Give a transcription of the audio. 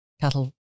Cattle